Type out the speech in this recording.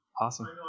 Awesome